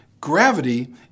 Gravity